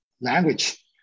language